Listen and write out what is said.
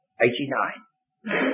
eighty-nine